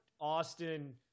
Austin